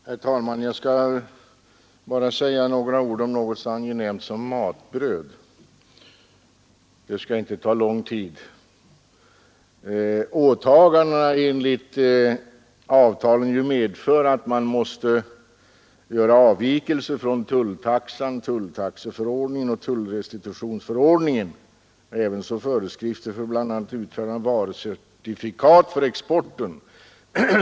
Herr talman! Jag skall bara säga några ord om något så angenämt som matbröd. Det skall inte ta lång tid. Åtagandena enligt avtalen med EEC och CECA medför att vi måste göra ändringar i tulltaxan, tulltaxeförordningen och tullrestitutionsförordningen ävensom en del andra föreskrifter, bl.a. om utfärdande av varucertifikat för exporten.